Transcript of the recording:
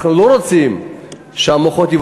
אנחנו לא רוצים כאן בריחת מוחות,